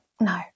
no